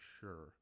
sure